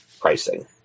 pricing